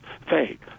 fake